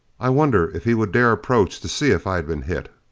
i wonder if he would dare approach to see if i had been hit.